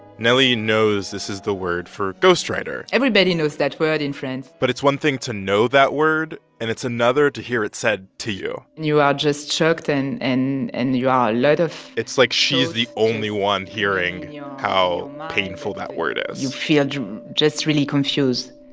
nelly knows this is the word for ghostwriter everybody knows that word in france but it's one thing to know that word, and it's another to hear it said to you and you are just shocked, and and and you are a lot of. it's like she's the only one hearing how painful that word is you feel just really confused